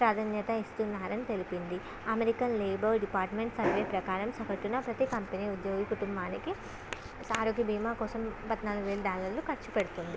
ప్రాధాన్యత ఇస్తున్నారని తెలిపింది అమెరికన్ లేబర్ డిపార్ట్మెంట్ సర్వే ప్రకారం సగటున ప్రతీ కంపెనీ ఉద్యోగి కుటుంబానికి ఆరోగ్య భీమా కోసం పద్నాలుగువేల డాలర్లు ఖర్చు పెడుతుంది